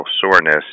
soreness